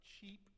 cheap